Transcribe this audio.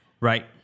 Right